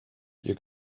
you